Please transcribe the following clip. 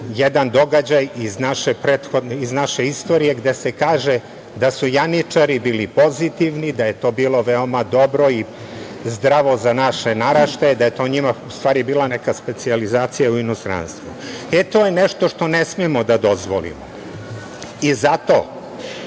jedan događaj iz naše istorije gde se kaže – da su janjičari bili pozitivni, da je to bilo veoma dobro i zdravo za naše naraštaje, da je to njima, u stvari bila neka specijalizacija u inostranstvu. To je nešto što ne smemo da dozvolimo. Zato